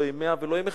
לא עם 100 ולא עם אחד.